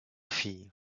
fille